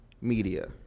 media